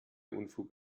unfug